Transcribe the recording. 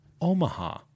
Omaha